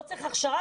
לא צריך הכשרה,